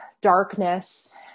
darkness